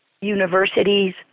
universities